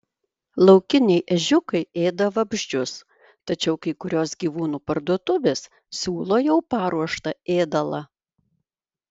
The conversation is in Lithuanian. laukiniai ežiukai ėda vabzdžius tačiau kai kurios gyvūnų parduotuvės siūlo jau paruoštą ėdalą